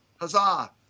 Huzzah